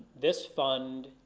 this fund,